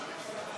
פה כולם.